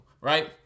right